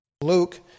Luke